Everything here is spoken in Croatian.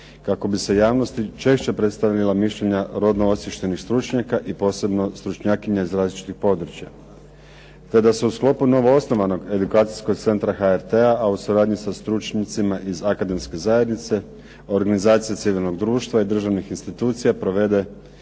kako bi se javnosti češće predstavila mišljenja rodno osviještenih stručnjaka i posebno stručnjakinja za različite područja. Kada se u sklopu novoosnovanog edukacijskog centra HRT-a, a u suradnji sa stručnjacima iz akademske zajednice, organizacije civilnog društva i državnih institucija provede